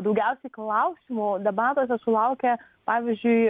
daugiausiai klausimų debatuose sulaukia pavyzdžiui